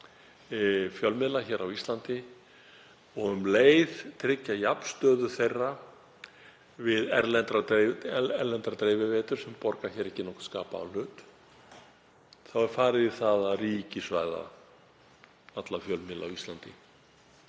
fjölmiðla á Íslandi og tryggja um leið jafnstöðu þeirra við erlendar dreifiveitur sem borga ekki nokkurn skapaðan hlut hér er farið í það að ríkisvæða alla fjölmiðla á Íslandi.